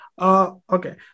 Okay